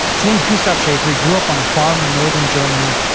his name's gustav schaefer. he grew up on a farm in northern germany.